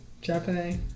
Japanese